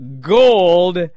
gold